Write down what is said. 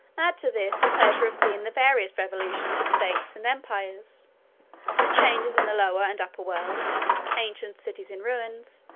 add to this, the pleasure of seeing the various revolutions of states and empires the changes in the lower and upper world ancient cities in ruins,